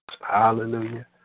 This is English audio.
Hallelujah